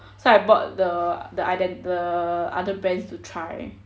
so I bought the iden~ the others brands to try